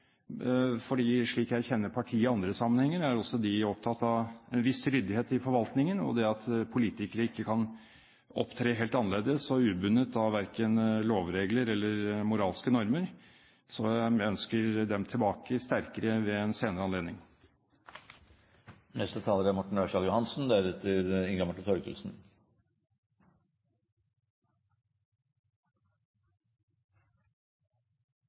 slik jeg kjenner partiet i andre sammenhenger, er også de opptatt av en viss ryddighet i forvaltningen og av det at politikere ikke kan opptre helt annerledes og ubundet av verken lovregler eller moralske normer. Så jeg ønsker dem sterkere tilbake ved en senere anledning. Jeg er